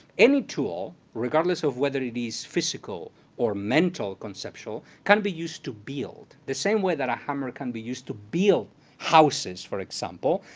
any tool, regardless of whether it is physical, or mental, conceptual, can kind of be used to build, the same way that a hammer can be used to build houses, for example.